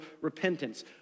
repentance